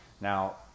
Now